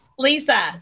Lisa